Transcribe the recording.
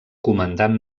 comandant